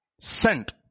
sent